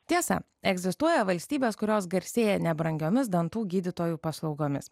tiesa egzistuoja valstybės kurios garsėja nebrangiomis dantų gydytojų paslaugomis